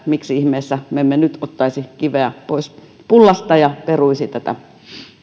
miksi ihmeessä me emme nyt ottaisi kiveä pois pullasta ja peruisi tätä